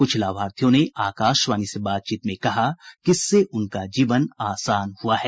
कुछ लाभार्थियों ने आकाशवाणी से बातचीत में कहा कि इससे उनका जीवन आसान हुआ है